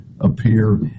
appear